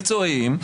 מקצועיים,